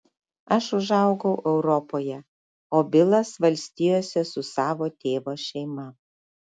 aš užaugau europoje o bilas valstijose su savo tėvo šeima